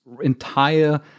entire